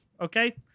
Okay